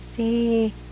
See